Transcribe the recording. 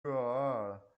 url